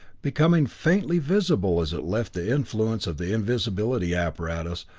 becoming faintly visible as it left the influence of the invisibility apparatus,